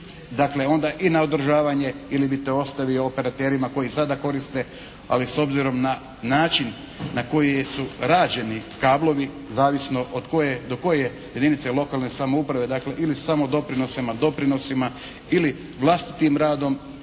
dakle onda i na održavanje ili bi to ostavio operaterima koji sada koriste. Ali s obzirom na način na koji su rađeni kablovi zavisno od koje, do koje jedinice lokalne samouprave ili samo doprinosima i doprinosima ili vlastitim radom